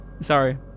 Sorry